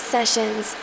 Sessions